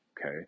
okay